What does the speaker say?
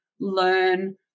learn